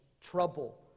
trouble